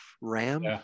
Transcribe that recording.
ram